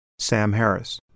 samharris